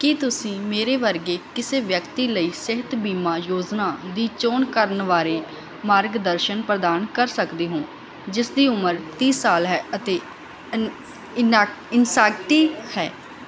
ਕੀ ਤੁਸੀਂ ਮੇਰੇ ਵਰਗੇ ਕਿਸੇ ਵਿਅਕਤੀ ਲਈ ਸਿਹਤ ਬੀਮਾ ਯੋਜਨਾ ਦੀ ਚੋਣ ਕਰਨ ਬਾਰੇ ਮਾਰਗਦਰਸ਼ਨ ਪ੍ਰਦਾਨ ਕਰ ਸਕਦੇ ਹੋ ਜਿਸ ਦੀ ਉਮਰ ਤੀਹ ਸਾਲ ਹੈ ਅਤੇ ਐ ਇਨਸਾਟੀ ਹੈ